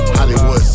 Hollywood